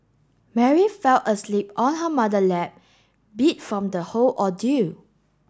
Mary fell asleep on her mother lap beat from the whole ordeal